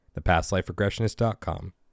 ThePastLifeRegressionist.com